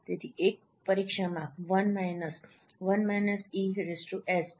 તેથી એક પરીક્ષણમાં 1−1−es છે